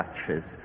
touches